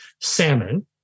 salmon